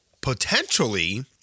potentially